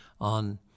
on